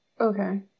Okay